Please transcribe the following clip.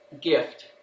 gift